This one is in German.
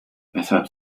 weshalb